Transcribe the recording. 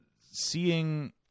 seeing